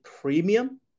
premium